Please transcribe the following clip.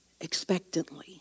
expectantly